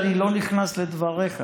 שאני לא נכנס לדבריך,